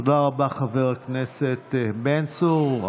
תודה רבה, חבר הכנסת בן צור.